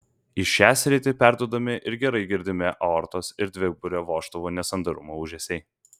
į šią sritį perduodami ir gerai girdimi aortos ir dviburio vožtuvų nesandarumo ūžesiai